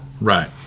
Right